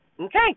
Okay